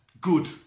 Good